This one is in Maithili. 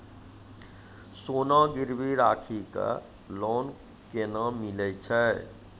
सोना गिरवी राखी कऽ लोन केना मिलै छै?